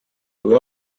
kui